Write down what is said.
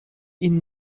ihnen